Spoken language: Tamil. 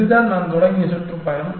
இதுதான் நான் தொடங்கிய சுற்றுப்பயணம்